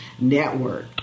network